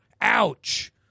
Ouch